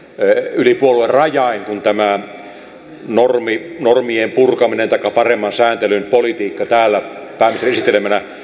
yli puoluerajain kuin tämä normien purkaminen taikka paremman sääntelyn politiikka täällä pääministerin esittelemänä